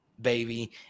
baby